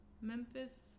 Memphis